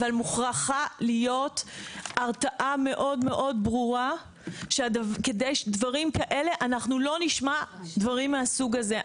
אבל מוכרחה להיות הרתעה מאוד מאוד ברורה כדי שלא נשמע דברים מהסוג הזה.